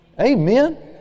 Amen